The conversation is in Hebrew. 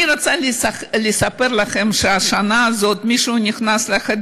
אני רוצה לספר לכם שהשנה מישהו נכנס לחדר